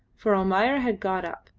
for almayer had got up,